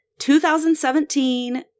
2017